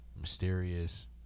mysterious